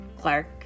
Clark